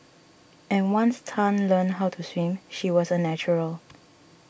and once Tan learnt how to swim she was a natural